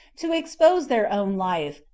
to expose their own life,